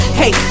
hey